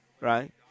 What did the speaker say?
right